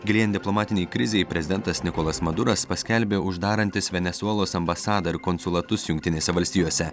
gilėjant diplomatinei krizei prezidentas nikolas maduras paskelbė uždarantis venesuelos ambasadą ir konsulatus jungtinėse valstijose